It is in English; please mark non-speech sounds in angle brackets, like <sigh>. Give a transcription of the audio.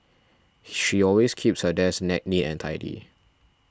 she always keeps her desk <unintelligible> and tidy